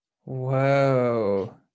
Whoa